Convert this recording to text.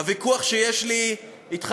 הוויכוח שיש לי אתך,